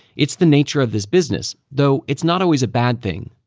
it's the nature of this business, though, it's not always a bad thing